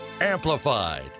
amplified